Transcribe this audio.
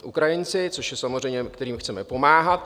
Ukrajinci, což je samozřejmé, kterým chceme pomáhat.